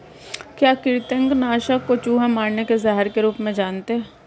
क्या कृतंक नाशक को चूहे मारने के जहर के रूप में जानते हैं?